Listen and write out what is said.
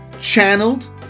channeled